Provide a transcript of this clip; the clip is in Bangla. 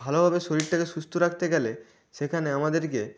ভালোভাবে শরীরটাকে সুস্থ রাখতে গেলে সেখানে আমাদেরকে